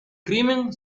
crimen